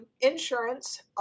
insurance